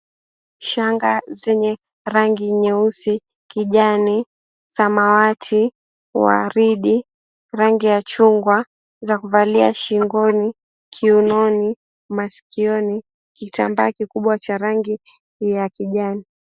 Shanga zenye rangi nyeusi, kijani, samawati, waridi, rangi ya chungwa, za kuvalia shingoni, kiunoni, masikioni, kitambaa kikubwa cha rangi ya kijani.